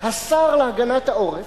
השר להגנת העורף,